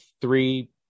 three